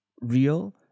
real